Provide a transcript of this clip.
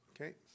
Okay